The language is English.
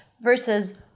Versus